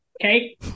okay